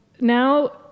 now